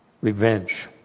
revenge